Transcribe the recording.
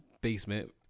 basement